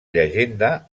llegenda